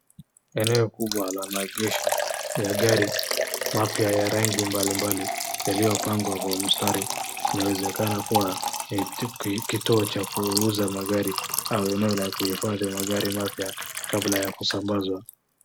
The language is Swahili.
Eneo kubwa la maegesho ya magari mapya ya rangi mbalimbali yaliyopangwa kwa mstari inawezekana kuwa ni kituo cha kuuza magari au kituo cha kuhifadhi magari mapya kabla ya kusambazwa.